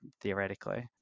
theoretically